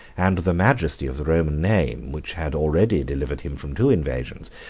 and the majesty of the roman name, which had already delivered him from two invasions,